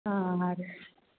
હા હા